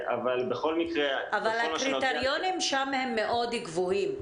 אבל הקריטריונים שם הם מאוד גבוהים,